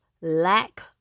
lack